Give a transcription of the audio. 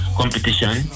competition